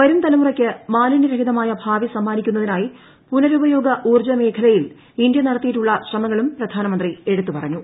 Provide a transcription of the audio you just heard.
വരും തലമുറയ്ക്ക് മാലിന്യരഹിതമായ ഭാവി സമ്മാനിക്കുന്നതിനായി പുനരുപയോഗ ഉൌർജ മേഖലയിൽ ഇന്ത്യ നടത്തിയിട്ടുള്ള ശ്രമങ്ങളും പ്രധാനമന്ത്രി എടുത്തുപറഞ്ഞു